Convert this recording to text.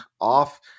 off